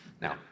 Now